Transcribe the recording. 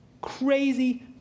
crazy